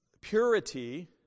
purity